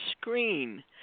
screen